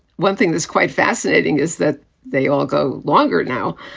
one thing that's quite fascinating is that they all go longer now.